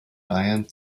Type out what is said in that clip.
bayern